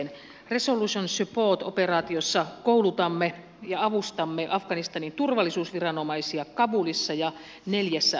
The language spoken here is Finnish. resolute support operaatiossa koulutamme ja avustamme afganistanin turvallisuusviranomaisia kabulissa ja neljässä maakuntakeskuksessa